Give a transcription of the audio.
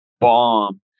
Bomb